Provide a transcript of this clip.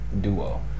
duo